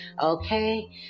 Okay